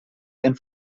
ein